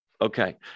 Okay